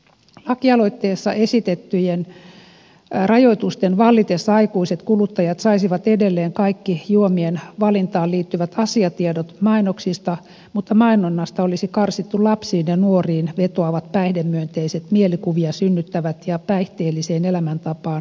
lakialoitteessa esitettyjen rajoitusten vallitessa aikuiset kuluttajat saisivat edelleen kaikki juomien valintaan liittyvät asiatiedot mainoksista mutta mainonnasta olisi karsittu lapsiin ja nuoriin vetoavat päihdemyönteiset mielikuvia synnyttävät ja päihteelliseen elämäntapaan houkuttelevat elementit